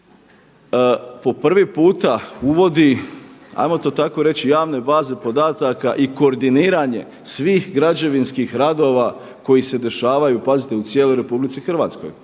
po prvi puta uvodi ajmo to tako reći javne baze podataka i koordiniranje svih građevinskih radova koji se dešavaju pazite u cijeloj RH, u svim